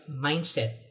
mindset